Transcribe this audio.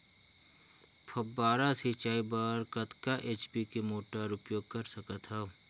फव्वारा सिंचाई बर कतका एच.पी के मोटर उपयोग कर सकथव?